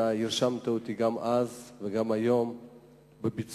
הרשמת אותי גם אז וגם היום בביצועים,